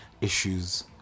issues